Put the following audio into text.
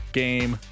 game